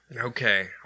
Okay